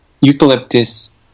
eucalyptus